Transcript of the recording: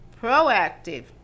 proactive